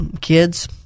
kids